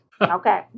Okay